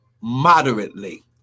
moderately